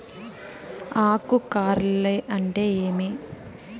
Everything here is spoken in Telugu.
ఆకు కార్ల్ అంటే ఏమి?